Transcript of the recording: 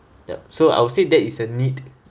ya so I'll say that is a need